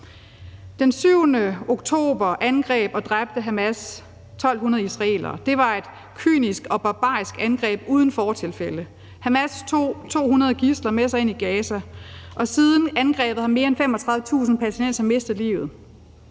Den 7. oktober angreb Hamas og dræbte 1.200 israelere. Det var et kynisk og barbarisk angreb uden fortilfælde. Hamas tog 200 gidsler med sig ind i Gaza, og siden angrebet har mere end 35.000 palæstinensere mistet livet.